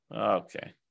okay